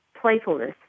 playfulness